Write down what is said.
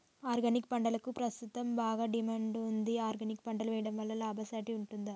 Organic పంటలకు ప్రస్తుతం బాగా డిమాండ్ ఉంది ఆర్గానిక్ పంటలు వేయడం వల్ల లాభసాటి ఉంటుందా?